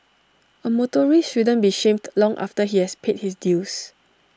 A motorist shouldn't be shamed long after he has paid his dues